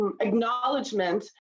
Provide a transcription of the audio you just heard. acknowledgement